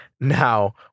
now